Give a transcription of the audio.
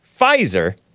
Pfizer